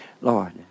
Lord